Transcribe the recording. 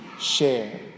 share